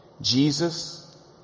Jesus